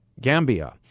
Gambia